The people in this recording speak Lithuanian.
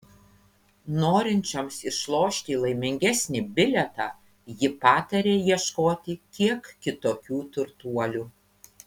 norinčioms išlošti laimingesnį bilietą ji pataria ieškoti kiek kitokių turtuolių